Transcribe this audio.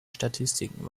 statistiken